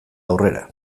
aurrera